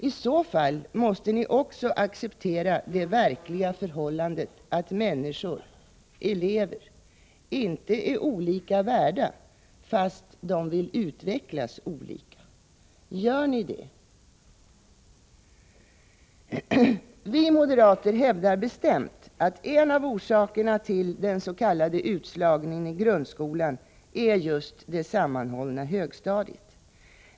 I så fall måste ni också acceptera det verkliga förhållandet att människor — elever — inte är olika värda bara för att de vill utvecklas olika. Gör ni det? Vi moderater hävdar bestämt att en av orsakerna till den s.k. utslagningen i grundskolan är just det sammanhållna högstadiet.